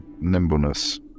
nimbleness